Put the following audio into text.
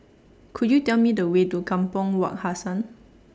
Could YOU Tell Me The Way to Kampong Wak Hassan